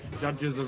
judges of